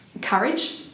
courage